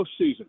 postseason